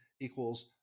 equals